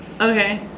Okay